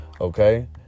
Okay